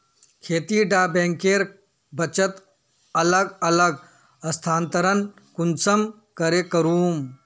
खेती डा बैंकेर बचत अलग अलग स्थानंतरण कुंसम करे करूम?